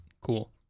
cool